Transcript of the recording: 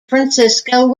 francisco